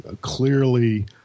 clearly